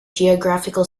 geographical